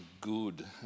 good